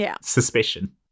suspicion